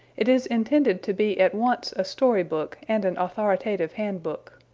it is intended to be at once a story book and an authoritative handbook.